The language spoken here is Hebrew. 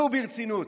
נו, ברצינות.